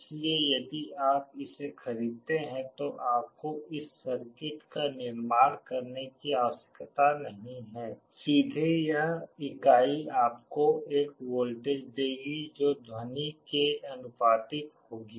इसलिए यदि आप इसे खरीदते हैं तो आपको इस सर्किट का निर्माण करने की आवश्यकता नहीं है सीधे यह इकाई आपको एक वोल्टेज देगी जो ध्वनि के आनुपातिक होगी